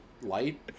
light